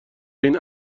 این